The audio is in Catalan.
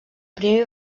primer